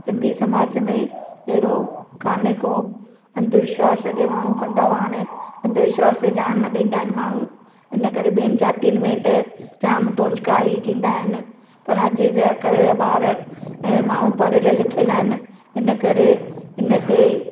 सिंधी समाज में अहिड़ो कोन्हे को अंधविश्वास अॻे माण्हू कंदा हुआ हाणे अंधविश्वास ते ध्यान न ॾींदा आहिनि माण्हू इन करे ॿियनि ज़ातियुनि में त जाम टोचका ही थींदा आहिनि पर अॼ जा काल्ह जा ॿार ऐं माण्हू पढ़ियलु लिखियलु आहिनि हिन करे इन खे